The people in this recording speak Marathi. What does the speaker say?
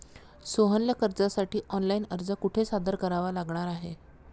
सोहनला कर्जासाठी ऑनलाइन अर्ज कुठे सादर करावा लागणार आहे?